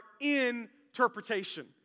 interpretation